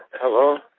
hello?